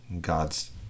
God's